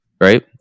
Right